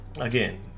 again